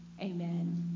Amen